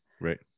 Right